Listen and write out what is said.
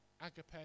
agape